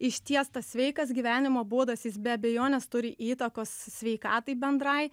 išties tas sveikas gyvenimo būdas jis be abejonės turi įtakos sveikatai bendrai